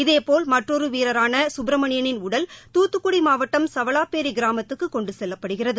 இதேபோல் மற்றொரு வீரரான சுப்ரமணியனின் உடல் தூத்துக்குடி மாவட்டம் சவலாப்பேரி கிராமத்துக்குக் கொண்டு செல்லப்படுகிறது